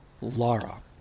Laura